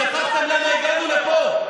שכחתם למה הגענו לפה?